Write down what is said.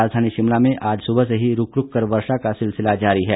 राजधानी शिमला में आज सुबह से ही रूक रूक कर वर्षा का सिलसिला जारी है